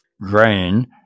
grain